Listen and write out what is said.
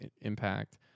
impact